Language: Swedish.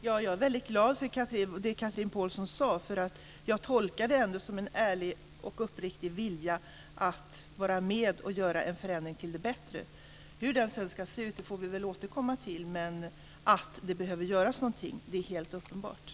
Fru talman! Jag är glad över det Chatrine Pålsson har sagt. Jag tolkar det som en ärlig och uppriktig vilja att vara med och genomföra en förändring till det bättre. Hur den sedan ska se ut får vi väl återkomma till, men det är helt uppenbart att det behöver göras någonting.